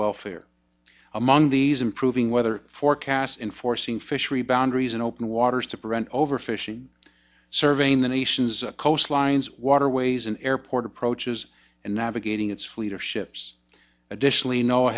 welfare among these improving weather forecasts and forcing fishery boundaries and open waters to prevent overfishing surveying the nation's coastlines waterways and airport approaches and navigating its fleet of ships additionally kno